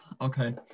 Okay